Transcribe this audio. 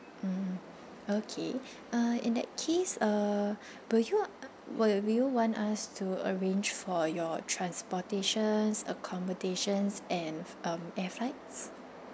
mm okay uh in that case uh will you will you want us to arrange for your transportations accommodations and um air flights